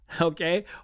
Okay